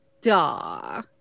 duh